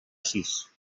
sis